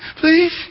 please